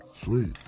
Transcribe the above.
Sweet